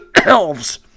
Elves